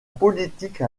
politique